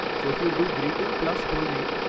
so if you do greeting plus full name,